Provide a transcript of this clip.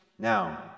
Now